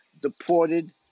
deported